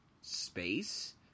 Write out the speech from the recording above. space